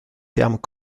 termes